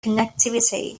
connectivity